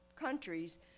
countries